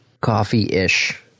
coffee-ish